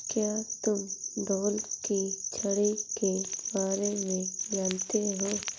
क्या तुम ढोल की छड़ी के बारे में जानते हो?